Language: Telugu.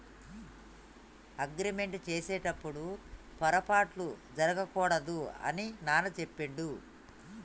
అగ్రిమెంట్ చేసేటప్పుడు పొరపాట్లు జరగకూడదు అని నాన్న చెప్పిండు